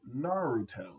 Naruto